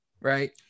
right